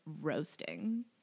roasting